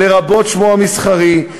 לרבות שמו המסחרי,